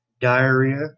diarrhea